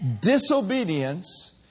Disobedience